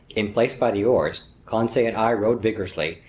in place by the oars, conseil and i rowed vigorously,